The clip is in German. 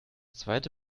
zweite